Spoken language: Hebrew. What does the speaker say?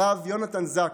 הרב יונתן זקס,